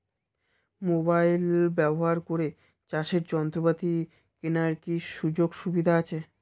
Mobile ব্যবহার করে চাষের যন্ত্রপাতি কেনার কি সুযোগ সুবিধা আছে?